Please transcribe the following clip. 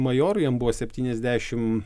majoru jam buvo septyniasdešim